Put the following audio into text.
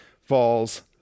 falls